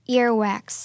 Earwax